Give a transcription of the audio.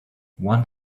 one